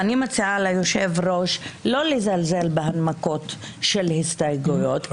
אני מציעה ליושב-ראש לא לזלזל בהנמקות של ההסתייגויות,